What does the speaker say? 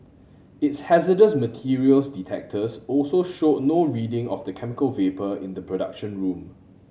its hazardous materials detectors also showed no reading of the chemical vapour in the production room